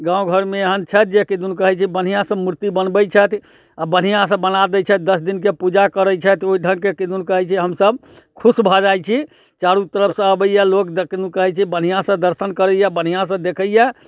गामघरमे एहन छथि जे किदन कहै छै बढ़िआँसँ मूर्ति बनबै छथि आओर बढ़िआँसँ बना दै छथि दस दिनके पूजा करै छथि ओहि ढङ्गके किदन कहै छै हमसब खुश भऽ जाइ छी चारू तरफसँ अबैए लोग किदन कहै छै बढ़िआँसँ दर्शन करैए बढ़िआँसँ देखैए